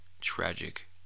tragic